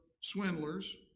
swindlers